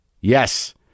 yes